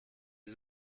die